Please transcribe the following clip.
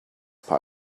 part